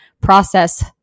process